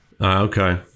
okay